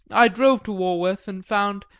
i drove to walworth and found,